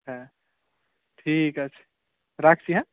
হ্যাঁ ঠিক আছে রাখছি হ্যাঁ